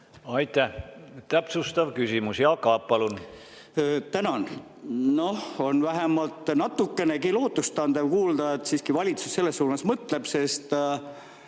Aitäh! Täpsustav küsimus, Jaak Aab, palun! Tänan! Noh, on vähemalt natukenegi lootustandev kuulda, et siiski valitsus selles suunas mõtleb.